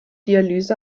dialyse